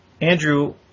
Andrew